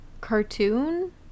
Cartoon